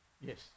Yes